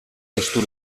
testu